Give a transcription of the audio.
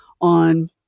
on